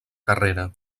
carrera